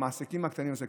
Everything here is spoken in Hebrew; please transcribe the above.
המעסיקים הקטנים והעסקים.